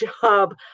job